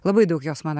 labai daug jos mano